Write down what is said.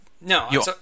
No